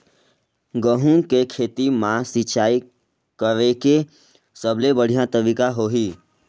गंहू के खेती मां सिंचाई करेके सबले बढ़िया तरीका होही?